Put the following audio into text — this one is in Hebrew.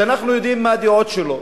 שאנחנו יודעים מה הדעות שלו,